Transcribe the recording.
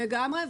לגמרי.